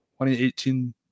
2018